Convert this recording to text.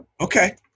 Okay